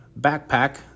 backpack